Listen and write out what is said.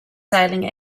sailing